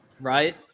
Right